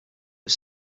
was